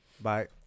Bye